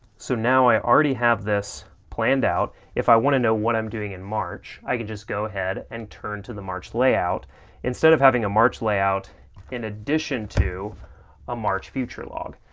so now i already have this planned out, if i want to know what i'm doing in march, i can just go ahead and turn to the march layout instead of having a march layout in addition to a march future log.